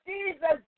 Jesus